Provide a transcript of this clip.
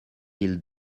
mille